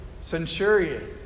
centurion